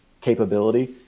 capability